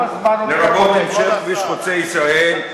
לרבות המשך כביש חוצה-ישראל.